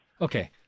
Okay